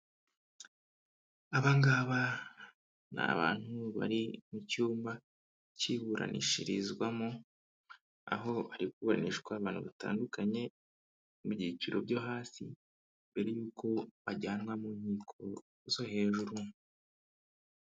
Aba ngaba ni abantu bari mu cyumba cy'iburanishirizwamo, aho bari kuburanishwa abantu batandukanye, mu byiciro byo hasi mbere y'uko bajyanwa mu nkiko zo hejuru.